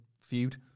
feud